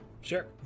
Sure